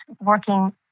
working